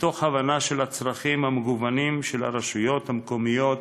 מתוך הבנה של הצרכים המגוונים של הרשויות המקומיות